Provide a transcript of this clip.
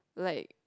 like